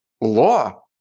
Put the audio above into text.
law